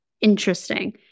interesting